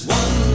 one